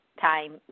time